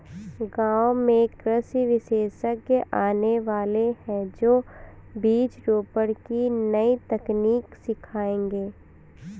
गांव में कृषि विशेषज्ञ आने वाले है, जो बीज रोपण की नई तकनीक सिखाएंगे